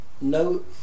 No